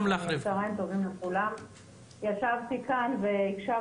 מנצלת את ההזדמנות שפניתם אליי כדי לספר